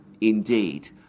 indeed